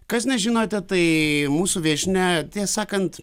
kas na žinote tai mūsų viešnia tiesą sakant